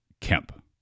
Kemp